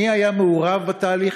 מי היה מעורב בתהליך